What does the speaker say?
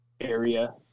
area